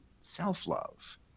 self-love